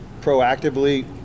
proactively